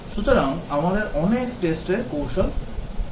সুতরাং আমাদের অনেক test র কৌশল থাকবে